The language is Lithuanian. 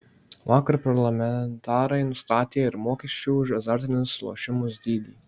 vakar parlamentarai nustatė ir mokesčių už azartinius lošimus dydį